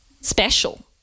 special